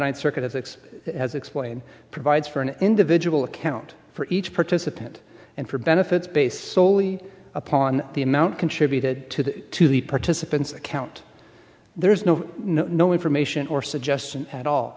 ninth circuit at six has explained provides for an individual account for each participant and for benefits based solely upon the amount contributed to the to the participants account there is no no information or suggestion at all